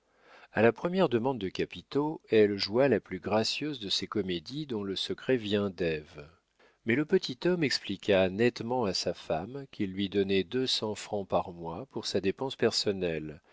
a la première demande de capitaux elle joua la plus gracieuse de ces comédies dont le secret vient d'ève mais le petit homme expliqua nettement à sa femme qu'il lui donnait deux cents francs par mois pour sa dépense personnelle